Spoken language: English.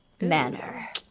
manner